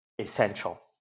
essential